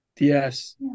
Yes